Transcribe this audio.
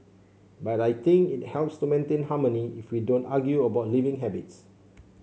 but I think it helps to maintain harmony if we don't argue about living habits